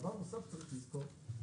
דבר נוסף שצריך לזכור,